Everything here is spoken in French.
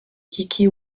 kiki